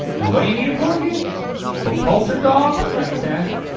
now what do you need it for again? for polter dog, travis asked.